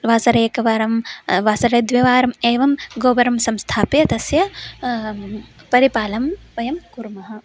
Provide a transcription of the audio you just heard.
वासरे एकवारं वासरे द्विवारम् एवं गोबरं संस्थाप्य तस्य परिपालनं वयं कुर्मः